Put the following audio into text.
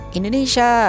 Indonesia